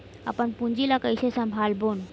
अपन पूंजी ला कइसे संभालबोन?